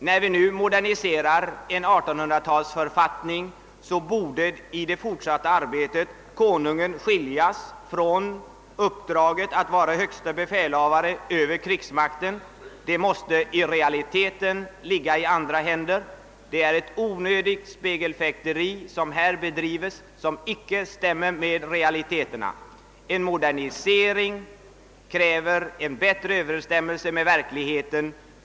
När vi nu moderniserar en 1800-talsförfattning borde i fortsättningen Konungen skiljas från uppdraget att vara högste befälhavare över krigsmakten. Denna befogenhet måste i realiteten ligga i andra händer. Det är ett onödigt spegelfäkteri som bedrivs härvidlag, och det har ingen grund i verkligheten. En modernisering kräver en bättre överensstämmelse med de verkliga förhållandena.